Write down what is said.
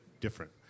different